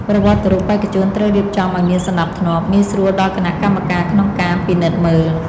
ប្រវត្តិរូបបេក្ខជនត្រូវរៀបចំឱ្យមានសណ្ដាប់ធ្នាប់ងាយស្រួលដល់គណៈកម្មការក្នុងការពិនិត្យមើល។